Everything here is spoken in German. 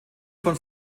von